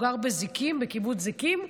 הוא גר בקיבוץ זיקים,